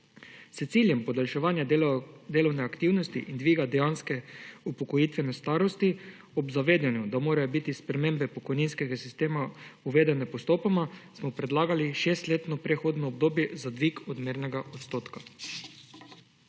S ciljem podaljševanja delovne aktivnosti in dviga dejanske upokojitvene starosti ob zavedanju, da morajo biti spremembe pokojninskega sistema uvedene postopoma, smo predlagali šestletno prehodno obdobje za dvig odmernega odstotka.